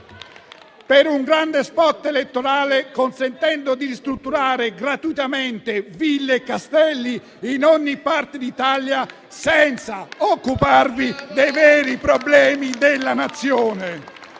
per un grande *spot* elettorale, consentendo di ristrutturare gratuitamente ville e castelli in ogni parte d'Italia senza occuparvi dei veri problemi della Nazione.